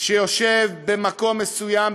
שיושב במקום מסוים,